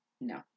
No